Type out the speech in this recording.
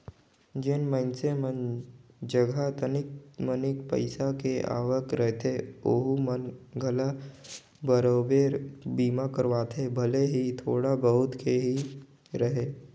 जेन मइनसे मन जघा तनिक मनिक पईसा के आवक रहथे ओहू मन घला बराबेर बीमा करवाथे भले ही थोड़ा बहुत के ही रहें